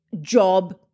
job